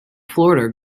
florida